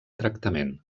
tractament